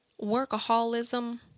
workaholism